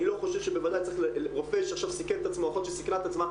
אני חושב שרופא שסיכן את עצמו,